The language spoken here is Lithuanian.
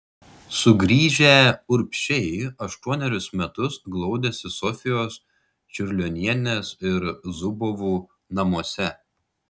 sugrįžę urbšiai aštuonerius metus glaudėsi sofijos čiurlionienės ir zubovų namuose